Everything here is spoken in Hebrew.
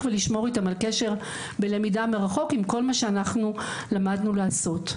ולשמור איתם על קשר בלמידה מרחוק עם כל מה שאנחנו למדנו לעשות.